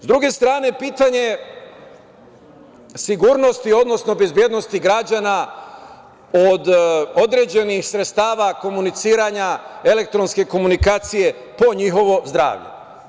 S druge strane, pitanje sigurnosti, odnosno bezbednosti građana od određenih sredstava komuniciranja, elektronske komunikacije po njihovo zdravlje.